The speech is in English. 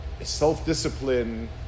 self-discipline